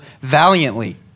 valiantly